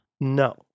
No